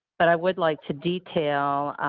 but i would like to detail